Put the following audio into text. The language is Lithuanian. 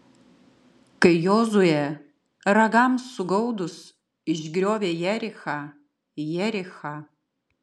kai jozuė ragams sugaudus išgriovė jerichą jerichą